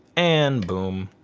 and boom.